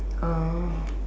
ah